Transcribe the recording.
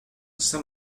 saint